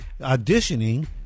auditioning